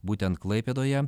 būtent klaipėdoje